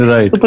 Right